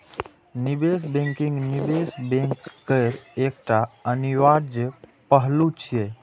निवेश बैंकिंग निवेश बैंक केर एकटा अनिवार्य पहलू छियै